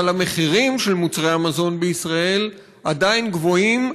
אבל המחירים של מוצרי המזון בישראל עדיין גבוהים,